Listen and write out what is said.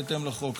בהתאם לחוק.